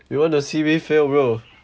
you want to see me fail bro